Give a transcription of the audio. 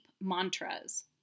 mantras